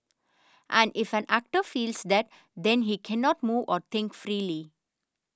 and if an actor feels that then he cannot move or think freely